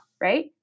right